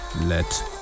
let